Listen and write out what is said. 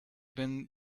been